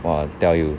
!wah! I tell you